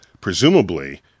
presumably